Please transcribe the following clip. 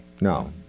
no